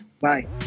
Bye